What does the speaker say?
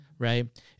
right